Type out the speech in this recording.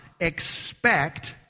expect